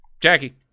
jackie